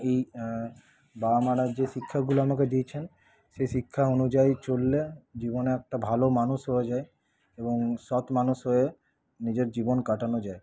এই বাবা মারা যে শিক্ষাগুলো আমাকে দিয়েছেন সেই শিক্ষা অনুযায়ী চললে জীবনে একটা ভালো মানুষ হওয়া যায় এবং সৎ মানুষ হয়ে নিজের জীবন কাটানো যায়